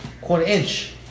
Quarter-inch